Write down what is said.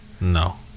No